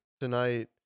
tonight